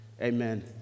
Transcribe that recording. amen